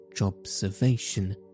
observation